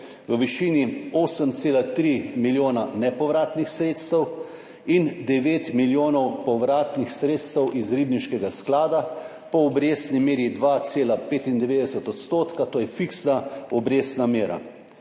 v višini 8,3 milijona nepovratnih sredstev in 9 milijonov povratnih sredstev iz Ribniškega sklada po obrestni meri 2,9 odstotka, to je fiksna obrestna mera.